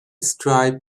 stripe